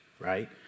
right